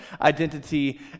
identity